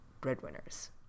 breadwinners